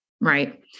right